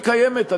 היא קיימת,